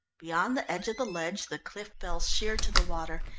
beyond the edge of the ledge the cliff fell sheer to the water,